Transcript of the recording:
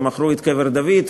ומכרו את קבר דוד,